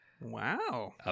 Wow